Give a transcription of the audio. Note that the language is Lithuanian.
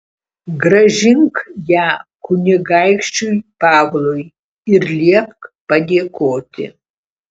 grąžink ją kunigaikščiui pavlui ir liepk padėkoti